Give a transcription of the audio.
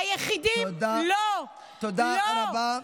היחידים, תודה, תודה רבה.